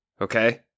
Okay